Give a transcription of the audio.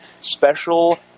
special